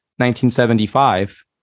1975